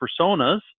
personas